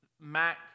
Mac